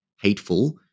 hateful